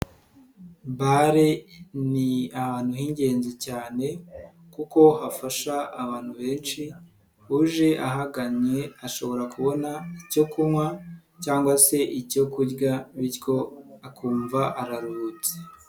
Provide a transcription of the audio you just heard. Bare ni ahantu h'ingenzi cyane kuko hafasha abantu benshi, uje ahagannye ashobora kubona icyo kunywa cyangwa se icyo kurya bityo akumva araruhutse.